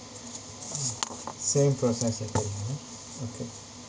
mm same process again ah okay